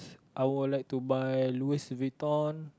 I would like to buy Louis Vuitton